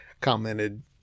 commented